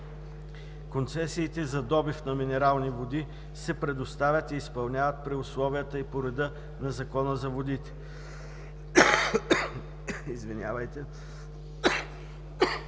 Концесиите за добив на минерални води се предоставят и изпълняват при условията и по реда на Закона за водите.“ Комисията